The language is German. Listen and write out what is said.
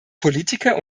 politiker